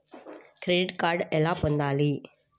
Credit card ఎలా పొందాలి?